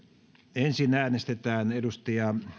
ensin äänestetään elina